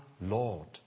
Lord